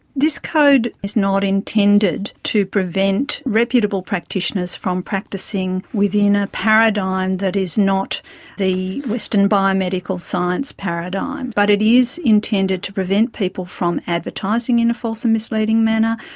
this code is not intended to prevent reputable practitioners from practising within a paradigm that is not the western biomedical science paradigm, but it is intended to prevent people from advertising in a false and misleading manner,